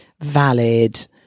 valid